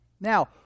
Now